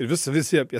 ir vis visi apie